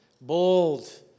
bold